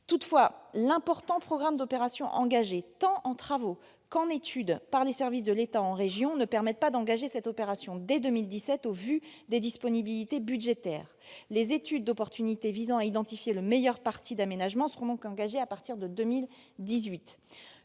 Toutefois, l'important programme d'opérations engagé, tant en travaux qu'en études par les services de l'État en région, ne permet pas de commencer cette opération dès 2017 au vu des disponibilités budgétaires. Les études d'opportunité visant à identifier le meilleur parti d'aménagement seront donc lancées à partir de 2018.